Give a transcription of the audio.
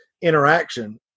interaction